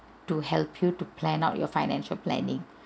to help you to plan out your financial planning